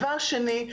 דבר שני,